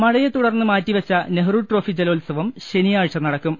മഴയെ തുടർന്ന് മാറ്റി വെച്ച നെഹ്റു ട്രോഫി ജലോത്സവം ശനിയാഴ്ച നടക്കും